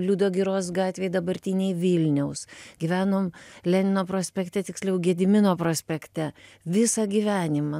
liudo giros gatvėj dabartinėj vilniaus gyvenom lenino prospekte tiksliau gedimino prospekte visą gyvenimą